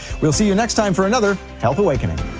we'll see you next time for another health awakening.